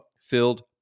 filled